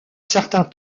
certain